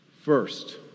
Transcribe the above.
First